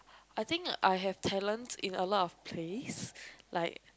I think I have talent in a lot of places like